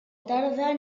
tarda